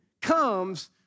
comes